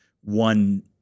one